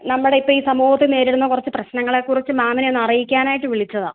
നമ്മുടെ ഇപ്പം ഈ സമൂഹത്തിൽ നേരിടുന്ന കുറച്ച് പ്രശ്നങ്ങളെക്കുറിച്ച് മാമിനെ ഒന്ന് അറിയിക്കാനായിട്ട് വിളിച്ചതാണ്